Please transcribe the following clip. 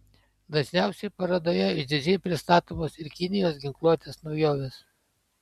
dažniausiai parodoje išdidžiai pristatomos ir kinijos ginkluotės naujovės